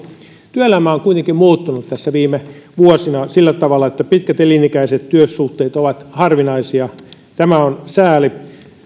työelämä on kuitenkin muuttunut viime vuosina sillä tavalla että pitkät elinikäiset työsuhteet ovat harvinaisia tämä on sääli